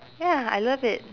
ya I love it